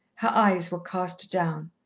her eyes were cast down.